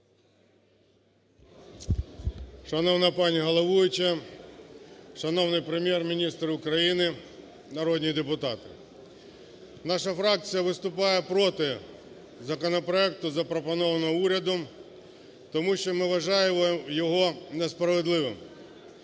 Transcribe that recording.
Шановна пані головуюча, шановний Прем'єр-міністр України, народні депутати! Наша фракція виступає проти законопроекту, запропонованого урядом. Тому що ми вважаємо його несправедливим.